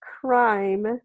crime